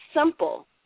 simple